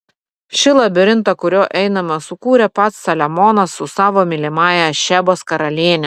šį labirintą kuriuo einame sukūrė pats saliamonas su savo mylimąja šebos karaliene